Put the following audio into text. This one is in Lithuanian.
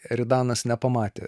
eridanas nepamatė